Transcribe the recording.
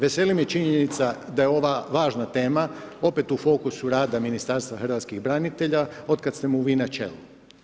Veseli me činjenica da je ova važna tema opet u fokusu rada Ministarstva hrvatskih branitelja od kada ste mu vi na čelu.